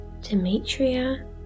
Demetria